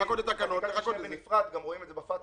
לחכות לתקנות ------ רואים את זה גם ב-FATCA,